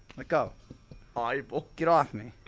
let go eyeballs get off me